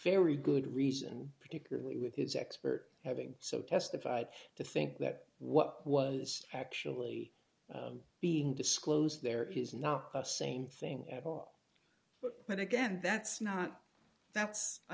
very good reason particularly with his expert having so testified to think that what was actually being disclosed there is not the same thing at all but then again that's not that's i